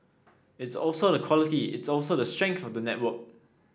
it's also the quality it's also the strength of the network